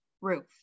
roof